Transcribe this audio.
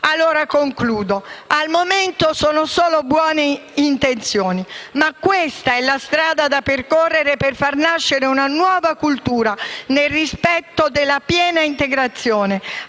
disabilità. Al momento, sono solo buone intenzioni, ma questa è la strada da percorrere per far nascere una nuova cultura del rispetto e della piena integrazione.